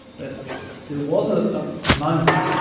that there was a ah ah moment,